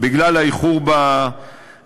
בגלל האיחור בתשלומים.